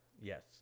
Yes